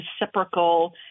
reciprocal